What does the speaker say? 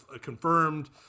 confirmed